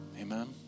Amen